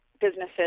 businesses